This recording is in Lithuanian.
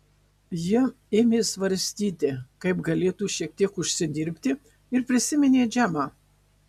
jie ėmė svarstyti kaip galėtų šiek tiek užsidirbti ir prisiminė džemą